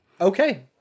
Okay